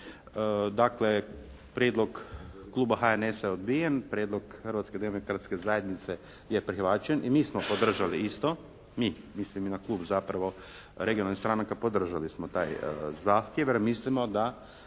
Dakle prijedlog Kluba HNS-a je odbijen. Prijedlog Hrvatske demokratske demokratske zajednice je prihvaćen. I mi smo podržali isto. Mi, mislim i na Klub zapravo regionalnih stranaka. Podržali smo taj zahtjev. Jer mislimo da